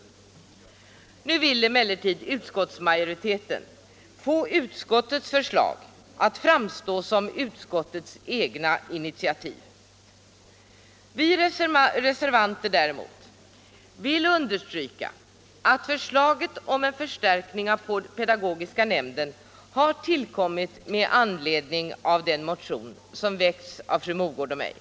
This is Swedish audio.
Nu vill emellertid utskottsmajoriteten få utskottets förslag att framstå som utskottets egna initiativ. Vi reservanter däremot vill understryka att förslaget om en förstärkning av pedagogiska nämnden har tillkommit med anledning av den motion som väckts av fru Mogård och mig.